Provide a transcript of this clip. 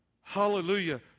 hallelujah